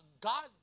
God